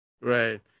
right